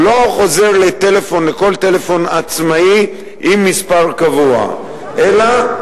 הוא לא חוזר לכל טלפון עצמאי עם מספר קבוע אלא,